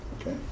Okay